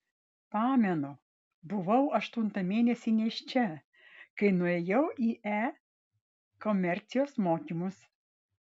pamenu buvau aštuntą mėnesį nėščia kai nuėjau į e komercijos mokymus